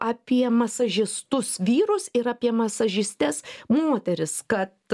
apie masažistus vyrus ir apie masažistes moteris kad